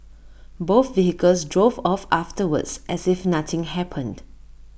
both vehicles drove off afterwards as if nothing happened